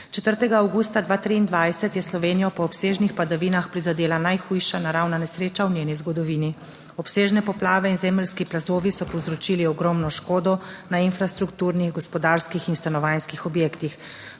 4. avgusta 2023 je Slovenijo po obsežnih padavinah prizadela najhujša naravna nesreča v njeni zgodovini. Obsežne poplave in zemeljski plazovi so povzročili ogromno škodo na infrastrukturnih, gospodarskih in stanovanjskih objektih.